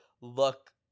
look